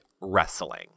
wrestling